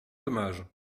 dommage